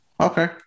Okay